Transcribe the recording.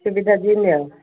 ସୁବିଧା ଯେମିତି ଆଉ